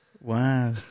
Wow